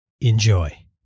Enjoy